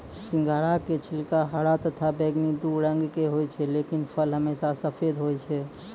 सिंघाड़ा के छिलका हरा तथा बैगनी दू रंग के होय छै लेकिन फल हमेशा सफेद होय छै